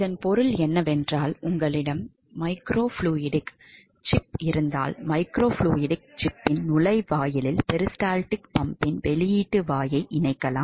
இதன் பொருள் என்னவென்றால் உங்களிடம் மைக்ரோஃப்ளூய்டிக்நுண்பாய்மம் சிப் இருந்தால் மைக்ரோஃப்ளூய்டிக் சிப்பின் நுழைவாயிலில் பெரிஸ்டால்டிக் பம்பின் வெளியீட்டு வாயை இணைக்கலாம்